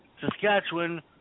Saskatchewan